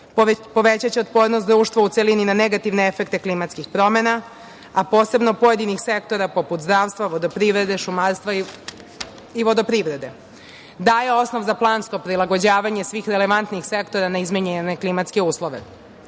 povećaće otpornost društva u celini na negativne efekte klimatskih promena, a posebno pojedinih sektora, poput zdravstva, vodoprivrede, šumarstva i vodoprivrede, daje osnov za plansko prilagođavanje svih relevantnih sektora na izmenjene klimatske uslove.